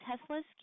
Tesla's